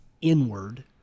inward